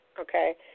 Okay